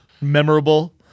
Memorable